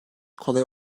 kolay